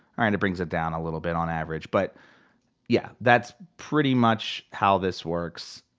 ah and it brings it down a little bit on average. but yeah, that's pretty much how this works.